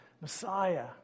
Messiah